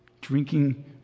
Drinking